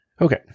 Okay